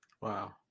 Wow